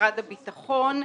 שההעברה הקודמת עברה,